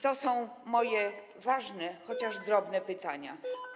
To są moje ważne, chociaż drobne pytania.